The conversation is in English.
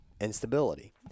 Instability